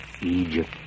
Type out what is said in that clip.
Egypt